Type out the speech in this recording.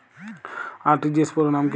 RTGS পুরো নাম কি?